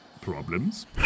problems